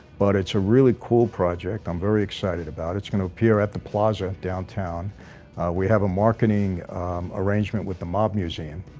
but it's a really cool project. i'm very excited about it's gonna appear at the plaza downtown we have a marketing arrangement with the mob museum,